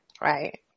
Right